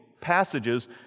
passages